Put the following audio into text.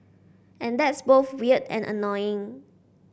and that's both weird and annoying